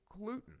gluten